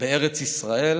בארץ ישראל,